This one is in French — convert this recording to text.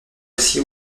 aussi